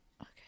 Okay